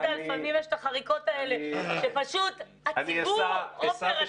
לפעמים יש את החריקות האלה שפשוט הציבור עפר,